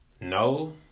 no